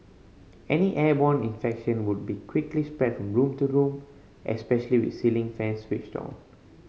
any airborne infection would be quickly spread from room to room especially with ceiling fans switched on